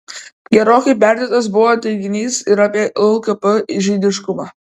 gerokai perdėtas buvo teiginys ir apie lkp žydiškumą